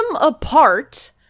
apart